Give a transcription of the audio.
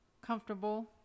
comfortable